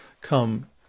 come